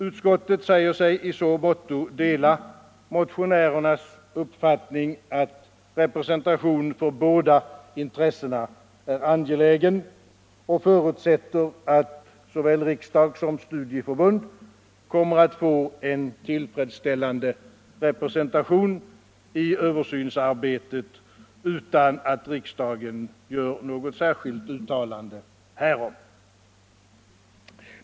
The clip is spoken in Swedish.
Utskottet säger sig i så måtto dela motionärernas uppfattning att representation för båda intressena är angelägen och förutsätter att såväl riksdag som studieförbund kommer att få en tillfredsställande representation i översynsarbetet, utan att riksdagen gör något särskilt uttalande härom.